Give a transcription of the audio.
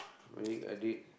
medic I did